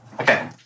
Okay